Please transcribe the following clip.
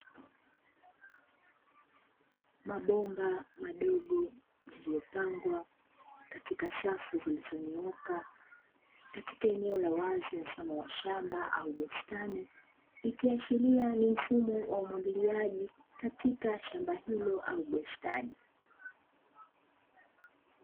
Mabomba madogo yaliyopangwa katika safu zilizonyooka, katika eneo la wazi mfano wa shamba au bustani, ikiashiria ni mfumo wa umwagiliaji katika shamba hilo au bustani.